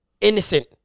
innocent